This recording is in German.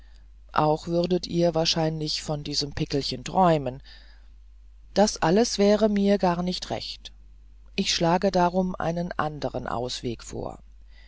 auch würdet ihr wahrscheinlich von diesem pickelchen träumen das alles wäre mir gar nicht recht ich schlage darum einen anderen ausweg vor